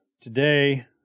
today